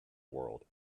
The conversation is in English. world